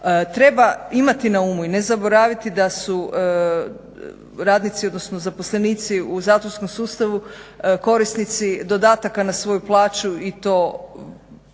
Treba imati na umu i ne zaboraviti da su radnici odnosno zaposlenici u zatvorskom sustavu korisnici dodataka na svoju plaću i to